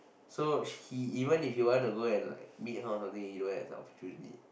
so he even if he wanna go and like meet her or something he don't have the opportunity